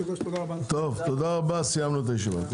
טוב, תודה רבה, סיימנו את הישיבה.